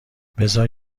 بزار